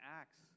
Acts